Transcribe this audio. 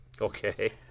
Okay